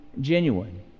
genuine